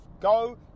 Go